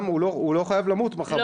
הוא לא חייב למות מחר בבוקר.